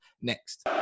next